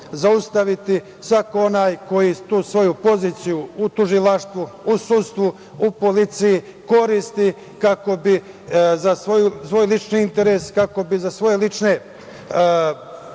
zaustaviti svako onaj koji tu svoju poziciju u tužilaštvu, u sudstvu, u policiji koristi kako bi za svoj lični interes, kako bi za svoje lične